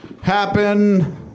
happen